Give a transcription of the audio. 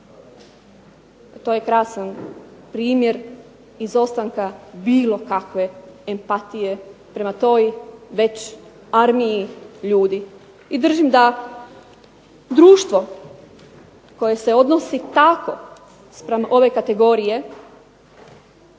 To je krasan primjer izostanka bilo kakve empatije prema toj već armiji ljudi. I držim da društvo koje se odnosi tako spram ove kategorije,